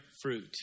fruit